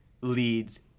leads